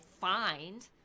find